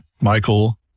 Michael